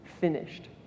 finished